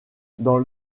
dans